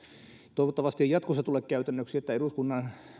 toivottavasti ei jatkossa tule käytännöksi että eduskunnan